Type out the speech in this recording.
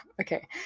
okay